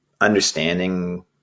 understanding